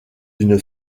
une